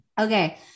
Okay